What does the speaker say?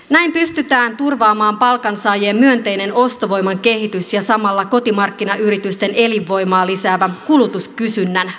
näin pystytään turvaamaan palkansaajien myönteinen ostovoiman kehitys ja samalla kotimarkkinayritysten elinvoimaa lisäävä kulutuskysynnän vahvistuminen